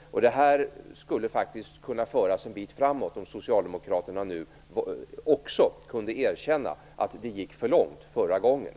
Det här skulle faktiskt kunna föra oss en bit framåt om socialdemokraterna nu också kunde erkänna att det gick för långt förra gången.